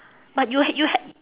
but you h~ you h~